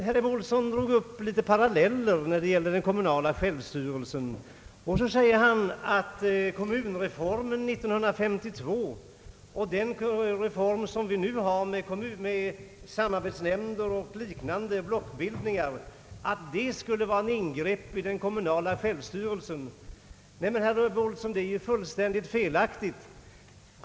Herr Ebbe Ohlsson drog paralleller i fråga om den kommunala självstyrelsen och sade att kommunreformen 1952 och den reform som syftar till att åstadkomma samarbetsnämnder, blockbildningar och liknande också skulle vara ingrepp i kommunernas självstyrelse. Detta är ju fullständigt felaktigt.